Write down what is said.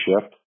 shift